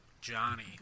Johnny